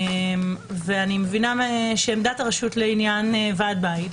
אני מבינה שעמדת הרשות לעניין ועד הבית,